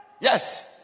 Yes